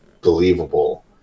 believable